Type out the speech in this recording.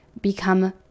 become